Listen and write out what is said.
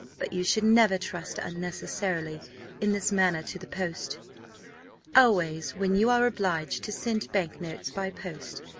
but you should never trust unnecessarily in this manner to the post always, when you are obliged to send bank notes by post,